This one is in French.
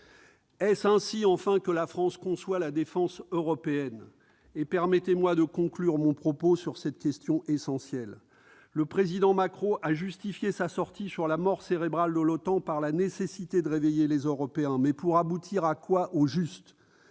Est-ce ainsi que la France conçoit la défense européenne ? Mes chers collègues, permettez-moi de conclure mon propos sur cette question essentielle. Le président Macron a justifié sa sortie sur la « mort cérébrale de l'OTAN » par la nécessité de réveiller les Européens. Mais pour aboutir à quoi, au juste ?